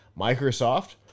Microsoft